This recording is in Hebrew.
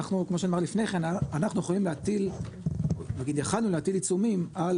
כמו שנאמר לפני כן, אנחנו יכולנו להטיל עיצומים על